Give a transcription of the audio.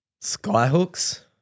Skyhooks